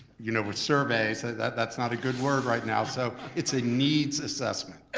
you know with surveys, that's not a good word right now. so it's a needs assessment and